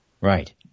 Right